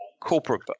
corporate